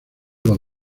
los